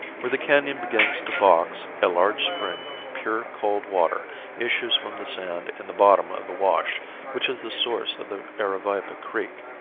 where the canon begins to box a large spring of pure cold water issues from the sand in the bottom of a wash which is the source of the aravaipa creek.